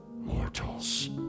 mortals